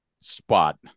spot